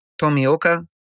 Tomioka